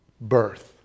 birth